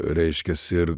reiškias ir